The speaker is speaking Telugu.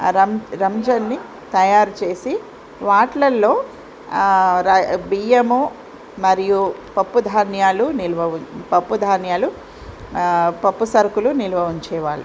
రం రంజన్ని తయారు చేసి వాటిలల్లో రై బియ్యము మరియు పప్పు ధాన్యాలు నిల్వ ఉం పప్పు ధాన్యాలు పప్పు సరుకులు నిల్వ ఉంచేవాళ్ళు